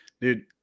Dude